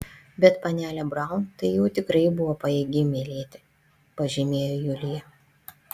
bet panelė braun tai jau tikrai buvo pajėgi mylėti pažymėjo julija